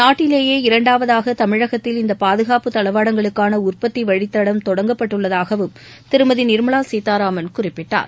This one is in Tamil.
நாட்டிலேயே இரண்டாவதாக தமிழகத்தில் இந்த பாதுகாப்புத் தளவாடங்களுக்கான உற்பத்தி வழித்தடம் தொடங்கப்பட்டுள்ளதாகவும் திருமதி நிர்மலா சீதாராமன் குறிப்பிட்டார்